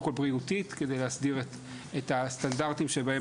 בריאותית כדי להסדיר את הסטנדרטים שבהם